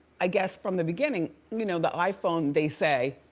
i guess from the beginning, you know, the iphone, they say,